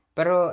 Pero